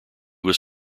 was